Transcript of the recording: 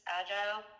agile